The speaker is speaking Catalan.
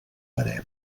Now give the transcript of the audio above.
verema